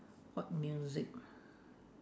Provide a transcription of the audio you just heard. what music